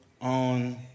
on